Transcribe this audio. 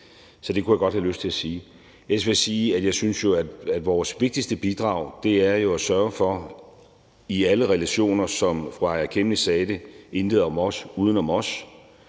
Så det kunne jeg godt have lyst til at sige. Ellers vil jeg sige, at jeg synes, at vores vigtigste bidrag jo er i alle relationer – som fru Aaja Chemnitz sagde det: »Intet om os, uden os«